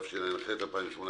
התשע"ח-2018.